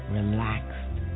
relaxed